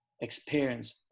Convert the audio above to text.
experience